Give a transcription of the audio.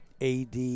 AD